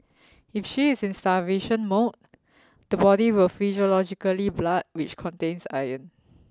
if she is in starvation mode the body will physiologically blood which contains iron